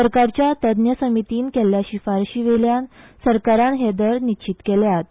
सरकारच्या तज्ज्ञ समितीन केल्ल्या शिफारशीवेल्यान सरकारान हे दर निश्चित केल्यात